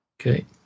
Okay